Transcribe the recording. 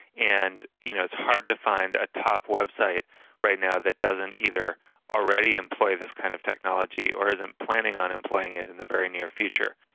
and you know it's hard to find a top website right now that doesn't either already employ this kind of technology or isn't planning on employing it in the very near future.